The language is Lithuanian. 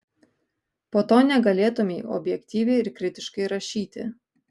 po to negalėtumei objektyviai ir kritiškai rašyti